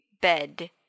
bed